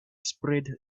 spread